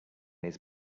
his